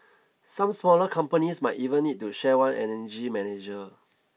some smaller companies might even need to share one energy manager